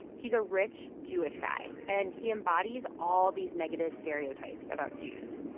he's a rich jewish guy, and he embodies all these negative stereotypes about jews.